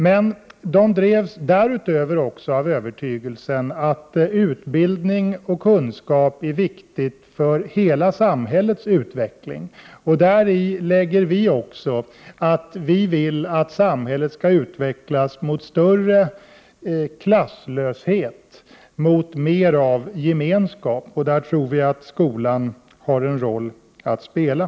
Men politikerna drevs därutöver också av övertygelsen om att utbildning och kunskap är viktiga för hela samhällets utveckling. Däri lägger vi också att vi vill att samhället skall utvecklas mot större klasslöshet och mer av gemenskap. Där tror vi att skolan — Prot. 1988/89:120 har en roll att spela.